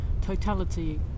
totality